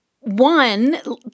One